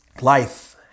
Life